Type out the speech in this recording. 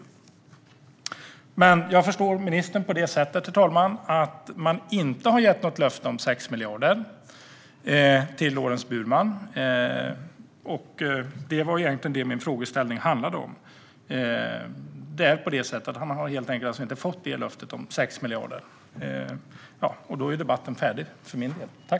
Herr talman! Jag förstår dock ministern så att man inte har gett något löfte om 6 miljarder till Lorents Burman, och det var egentligen det min frågeställning handlade om. Han har alltså helt enkelt inte fått detta löfte om 6 miljarder. Då är debatten färdig för min del - tack!